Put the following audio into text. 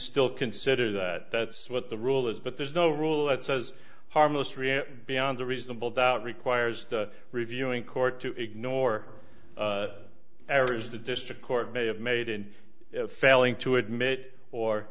still consider that that's what the rule is but there's no rule that says harmless really beyond a reasonable doubt requires reviewing court to ignore errors the district court may have made in failing to admit or